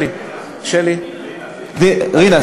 שלי, שלי, רינה, רינה.